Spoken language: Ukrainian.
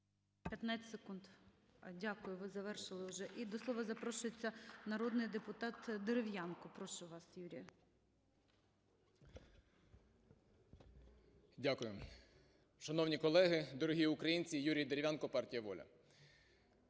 15 секунд. Дякую, ви завершили вже. І до слова запрошується народний депутат Дерев'янко. Прошу вас, Юрію. 13:45:50 ДЕРЕВ’ЯНКО Ю.Б. Дякую. Шановні колеги, дорогі українці! Юрій Дерев'янко, партія "Воля".